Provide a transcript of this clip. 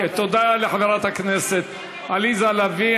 תודה לחברת הכנסת עליזה לביא.